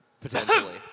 potentially